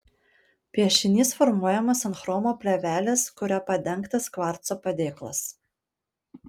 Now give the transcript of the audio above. piešinys formuojamas ant chromo plėvelės kuria padengtas kvarco padėklas